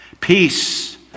peace